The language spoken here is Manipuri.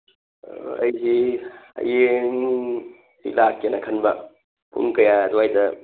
ꯑꯩꯗꯤ ꯍꯌꯦꯡ ꯂꯥꯛꯀꯦꯅ ꯈꯟꯕ ꯄꯨꯡ ꯀꯌꯥ ꯑꯗꯨꯋꯥꯏꯗ